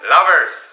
Lovers